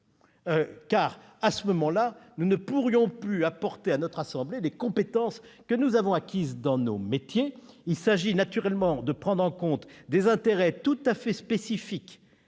négative. Sinon, nous ne pourrions plus apporter à notre assemblée les compétences que nous avons acquises dans nos métiers. Il s'agit naturellement de prendre en compte des intérêts tout à fait spécifiques